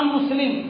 Muslim